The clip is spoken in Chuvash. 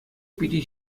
питӗ